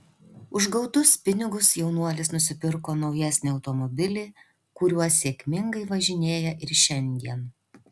už gautus pinigus jaunuolis nusipirko naujesnį automobilį kuriuo sėkmingai važinėja ir šiandien